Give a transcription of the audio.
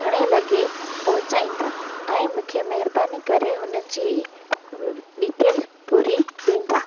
घणे लॻे पहुचाईंदा ऐं मूंखे महिरबानी करे हुन जी डिटेल पूरी ॾींदा